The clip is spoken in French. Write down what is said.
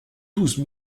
douze